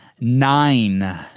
nine